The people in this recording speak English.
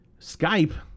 skype